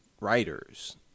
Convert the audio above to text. writers